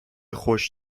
خوش